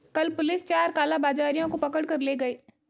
कल पुलिस चार कालाबाजारियों को पकड़ कर ले गए